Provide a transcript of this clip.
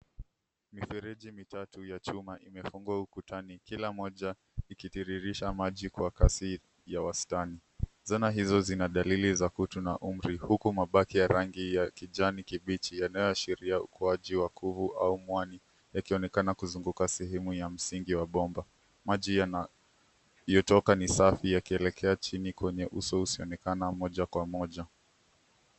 Mifereji mitatu ya chuma imefungwa ukutani, kila moja ikitiririsha maji kwa kasi ya wastani. Zana hizo zina dalili za kutu na umri huku mabaki ya rangi ya kijani kibichi yanayoashiria ukuaji wa kuvu au muani yakionekana kuzunguka sehemu ya msingi wa bomba. Maji yanayotoka ni safi yakielekea chini kwenye uso usioonekana moja kwa moja.